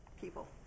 people